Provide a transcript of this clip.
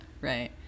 right